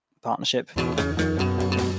partnership